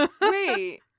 Wait